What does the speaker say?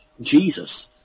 Jesus